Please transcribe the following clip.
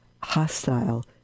hostile